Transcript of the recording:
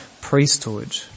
priesthood